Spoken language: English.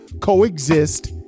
coexist